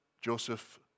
Joseph